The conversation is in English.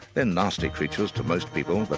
they're nasty creatures to most people, but